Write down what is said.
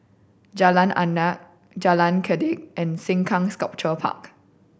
Jalan Adat Jalan Kledek and Sengkang Sculpture Park